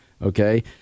Okay